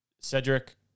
Cedric